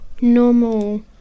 normal